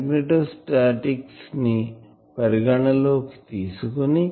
magnetostatics ని పరిగణలోకి తీసుకోని